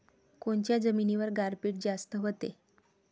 कोनच्या जमिनीवर गारपीट जास्त व्हते?